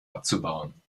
abzubauen